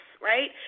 right